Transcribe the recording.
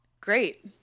great